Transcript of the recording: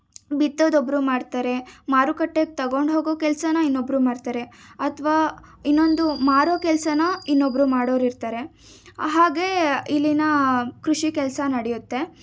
ಬಿತ್ತೋದೊಬ್ಬರು ಮಾಡ್ತಾರೆ ಮಾರುಕಟ್ಟೆಗೆ ತಗೊಂಡು ಹೋಗೋ ಕೆಲಸಾನ ಇನ್ನೊಬ್ಬರು ಮಾಡ್ತಾರೆ ಅಥವಾ ಇನ್ನೊಂದು ಮಾರೋ ಕೆಲಸಾನ ಇನ್ನೊಬ್ಬರು ಮಾಡೋರಿರ್ತಾರೆ ಹಾಗೆ ಇಲ್ಲಿನ ಕೃಷಿ ಕೆಲಸ ನಡಿಯುತ್ತೆ